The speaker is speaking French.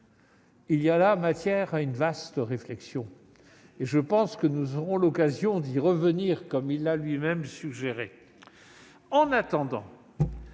il y a là matière à une vaste réflexion. Je pense que nous aurons l'occasion de revenir sur ce sujet, comme il l'a lui-même suggéré. En attendant,